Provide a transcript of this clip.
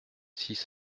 six